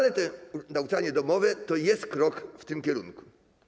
Jednak to nauczanie domowe to jest krok w tym kierunku.